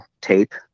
tape